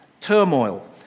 turmoil